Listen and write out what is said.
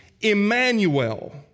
Emmanuel